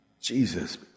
Jesus